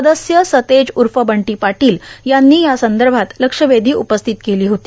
सदस्य सतेज उफ बंटो पाटोल यांनी या संदभात लक्षवेधी उपस्थित केलो होती